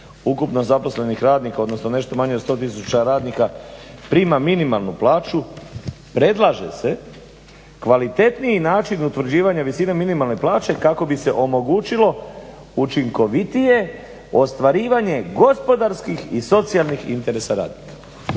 ukupno zaposlenih radnika, odnosno nešto manje od 100 tisuća radnika prima minimalnu plaću predlaže se kvalitetniji način utvrđivanja visine minimalne plaće kako bi se omogućilo učinkovitije ostvarivanje gospodarskih i socijalnih interesa radnika.